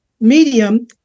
medium